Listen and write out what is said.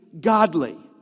godly